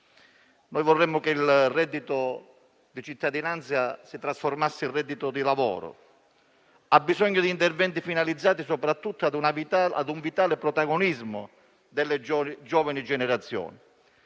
Noi vorremmo che il reddito di cittadinanza si trasformasse in reddito di lavoro. Il Sud ha bisogno di interventi finalizzati soprattutto ad un vitale protagonismo delle giovani generazioni.